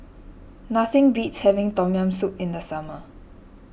nothing beats having Tom Yam Soup in the summer